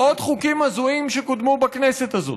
עוד חוקים הזויים שקודמו בכנסת הזו.